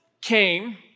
came